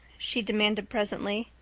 she demanded presently,